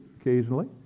occasionally